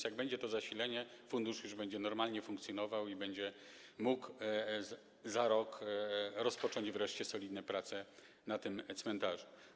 Jak będzie to zasilenie, to fundusz już będzie normalnie funkcjonował i będzie można za rok rozpocząć wreszcie solidne prace na tym cmentarzu.